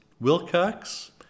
Wilcox